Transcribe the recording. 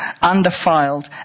undefiled